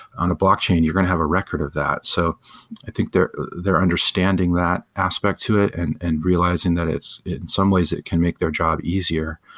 on a blockchain, you're going to have a record of that. so i think they're they're understanding that aspect to it and and realizing that in some ways it can make their job easier.